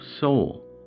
soul